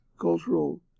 cultural